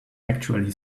actually